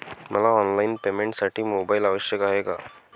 मला ऑनलाईन पेमेंटसाठी मोबाईल आवश्यक आहे का?